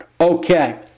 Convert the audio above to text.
Okay